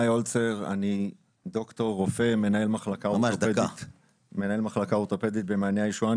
אני רופא, מנהל מחלקה אורתופדית במעייני הישועה.